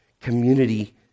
community